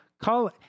Call